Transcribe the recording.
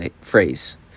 phrase